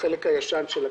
לחלק הישן של הכנסת.